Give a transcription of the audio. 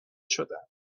شدند